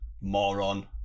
moron